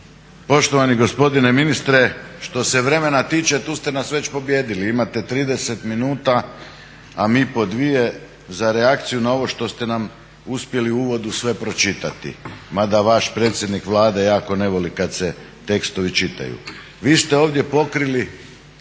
Poštovani gospodine ministre, što se vremena tiče tu ste nas već pobijedili, imate 30 minuta, a mi po 2 za reakciju na ovo što ste nam uspjeli u uvodu sve pročitati, mada vaš predsjednik Vlade jako ne voli kada se tekstovi čitaju. Vi ste ovdje pokrili